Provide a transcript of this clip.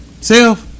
self